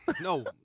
No